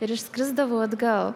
ir išskrisdavau atgal